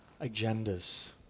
agendas